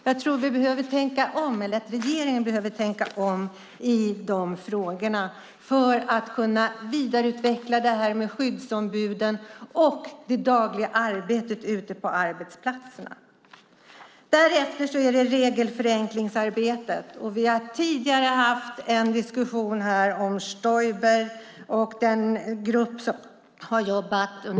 Jag tror att regeringen behöver tänka om i de frågorna för att kunna vidareutveckla skyddsombuden och det dagliga arbetet ute på arbetsplatserna. Därefter är det regelförenklingsarbetet som gäller. Vi har tidigare haft en diskussion här om Stoiber och den grupp som har jobbat med detta.